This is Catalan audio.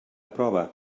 prova